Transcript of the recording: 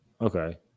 Okay